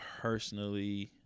personally